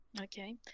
Okay